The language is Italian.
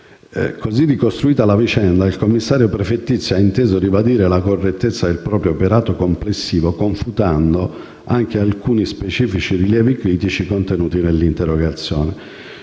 Ricostruita così la vicenda, il commissario prefettizio ha inteso ribadire la correttezza del proprio operato complessivo, confutando anche alcuni specifici rilievi critici contenuti nell'interrogazione.